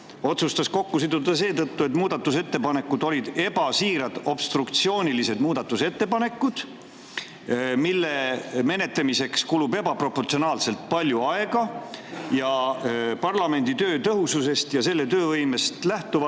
kokku siduda seetõttu, et need olid ebasiirad obstruktsioonilised muudatusettepanekud, mille menetlemiseks kulunuks ebaproportsionaalselt palju aega. Parlamendi töö tõhususest ja töövõimest lähtuvalt